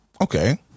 Okay